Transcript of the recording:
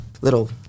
little